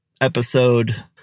episode